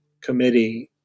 committee